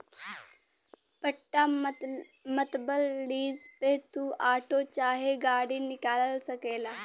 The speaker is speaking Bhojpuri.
पट्टा मतबल लीज पे तू आटो चाहे गाड़ी निकाल सकेला